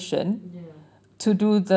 ya